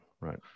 Right